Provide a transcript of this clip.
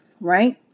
right